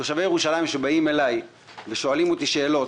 תושבי ירושלים שבאים אלי ושואלים אותי שאלות,